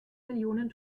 millionen